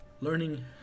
learning